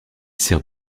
sert